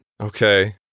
Okay